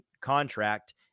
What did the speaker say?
contract